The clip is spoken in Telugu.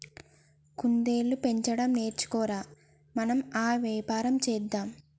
కుందేళ్లు పెంచడం నేర్చుకో ర, మనం ఆ వ్యాపారం చేద్దాం